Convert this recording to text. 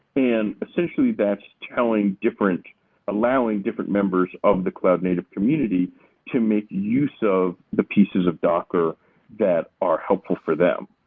and essentially that's telling different allowing different members of the cloud native community to make use of the pieces of docker that are helpful for them.